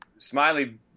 Smiley